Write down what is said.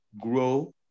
grow